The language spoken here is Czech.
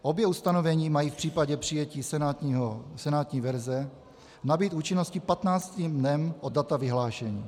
Obě ustanovení mají v případě přijetí senátní verze nabýt účinnosti patnáctým dnem od data vyhlášení.